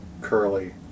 Curly